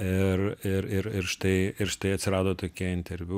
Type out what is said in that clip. ir ir ir ir štai ir štai atsirado tokie interviu